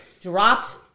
dropped